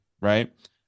Right